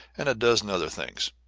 and a dozen other things.